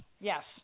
yes